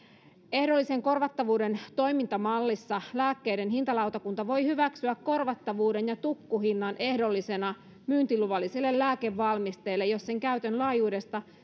ehdollisen korvattavuuden toimintamallissa lääkkeiden hintalautakunta voi hyväksyä korvattavuuden ja tukkuhinnan ehdollisena myyntiluvalliselle lääkevalmisteelle jos sen käytön laajuudesta